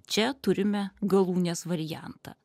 čia turime galūnės variantą